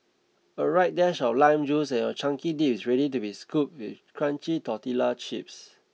a right dash of lime juice and your chunky dip is ready to be scooped with crunchy tortilla chips